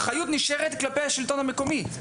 האחריות נשארת כלפי השלטון המקומי.